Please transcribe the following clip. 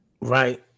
right